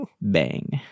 Bang